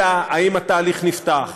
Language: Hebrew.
אלא אם התהליך נפתח,